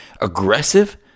aggressive